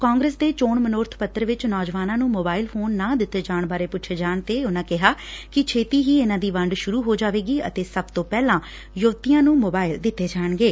ਕਾਂਗਰਸ ਦੇ ਚੋਣ ਮਨੋਰਬ ਪੱਤਰ ਵਿਚ ਨੌਜਵਾਨਾਂ ਨੂੰ ਮੋਬਾਇਲ ਫੋਨ ਨਾ ਦਿੱਤੇ ਜਾਣ ਬਾਰੇ ਪੁੱਛੇ ਜਾਣ ਤੇ ਉਨੂਾ ਕਿਹਾ ਕਿ ਛੇਤੀ ਹੀ ਇਨੂਾ ਦੀ ਵੰਡ ਸੁਰੂ ਹੋ ਜਾਵੇਗੀ ਅਤੇ ਸਭ ਤੋਂ ਪਹਿਲਾਂ ਯੁਵਤੀਆਂ ਨੂੰ ਮੋਬਾਇਲ ਦਿੱਤੇ ਜਾਣਗੇ